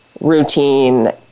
routine